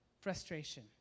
frustration